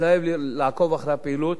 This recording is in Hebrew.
לעקוב אחרי הפעילות,